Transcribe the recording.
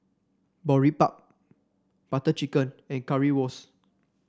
Boribap Butter Chicken and Currywurst